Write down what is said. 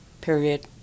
period